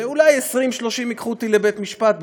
ואולי 20 30 ייקחו אותי לבית-משפט,